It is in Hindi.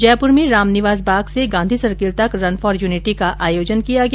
जयपुर में रामनिवास बाग से गांधी सर्किल तक रन फोर यूनिटी का आयोजन किया गया